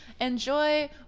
enjoy